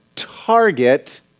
Target